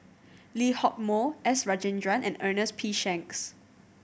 Lee Hock Moh S Rajendran and Ernest P Shanks